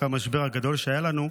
אחרי המשבר הגדול שהיה לנו,